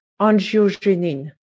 angiogenin